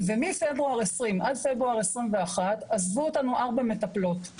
ומפברואר 2020 ועד פברואר 2021 עזבו אותנו ארבע מטפלות.